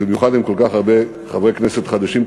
במיוחד עם כל כך הרבה חברי כנסת חדשים,